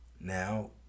Now